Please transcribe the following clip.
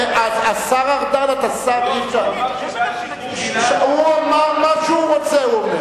הוא אומר מה שהוא רוצה.